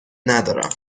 ندارم